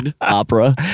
opera